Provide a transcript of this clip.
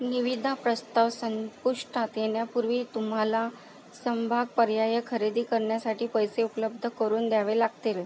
निविदा प्रस्ताव संपुष्टात येण्यापूर्वी तुम्हाला समभाग पर्याय खरेदी करण्यासाठी पैसे उपलब्ध करून द्यावे लागतील